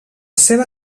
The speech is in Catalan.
seva